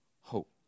hope